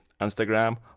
Instagram